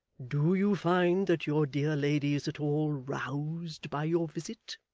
do you find that your dear lady is at all roused by your visit